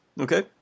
Okay